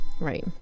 Right